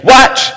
Watch